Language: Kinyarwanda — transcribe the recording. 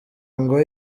ngo